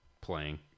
playing